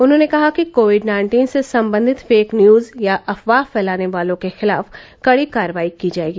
उन्होंने कहा कि कोविड नाइन्टीन से संबंधित फेक न्यूज या अफवाह फैलाने वालों के खिलाफ कड़ी कार्रवाई की जायेगी